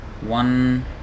One